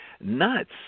Nuts